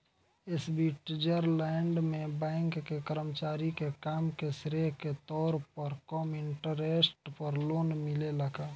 Switzerland में bank के कर्मचारी के काम के श्रेय के तौर पर कम इंटरेस्ट पर लोन मिलेला का?